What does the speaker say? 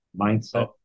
mindset